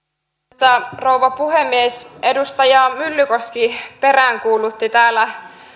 arvoisa rouva puhemies edustaja myllykoski peräänkuulutti täällä